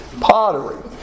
pottery